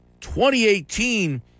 2018